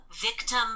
victim